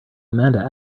amanda